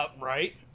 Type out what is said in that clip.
Right